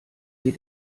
sie